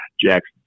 Jackson